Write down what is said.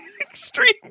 Extreme